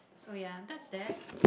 so ya that's that